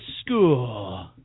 school